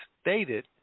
stated